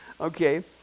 okay